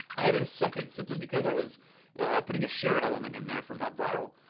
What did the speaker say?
i added a second simply because i was putting a share element in there from upviral.